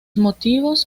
motivos